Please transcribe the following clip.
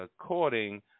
according